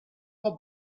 how